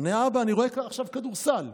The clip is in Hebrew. עונה האבא: אני רואה עכשיו כדורסל.